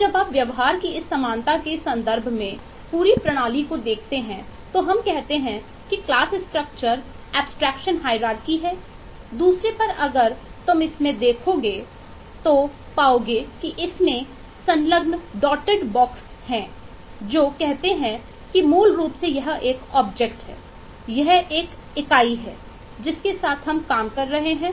और जब आप व्यवहार की इस समानता के संदर्भ में पूरी प्रणाली को देखते हैं तो हम कहते हैं की क्लास स्ट्रक्चर है यह एक इकाई है जिसके साथ हम काम कर रहे हैं